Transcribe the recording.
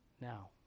now